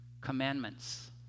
commandments